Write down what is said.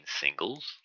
singles